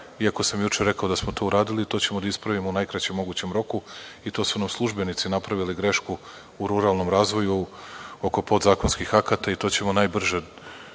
Iako sam juče rekao da smo to uradili, to ćemo da ispravimo u najkraćem mogućem roku. To su nam službenici napravili grešku u ruralnom razvoju oko podzakonskih akata i to ćemo najbrže